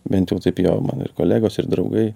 bent jau taip jo man ir kolegos ir draugai